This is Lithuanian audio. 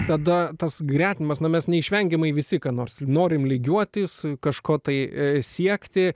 tada tas gretinimas na mes neišvengiamai visi ką nors norime lygiuotis kažko tai siekti